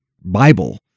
Bible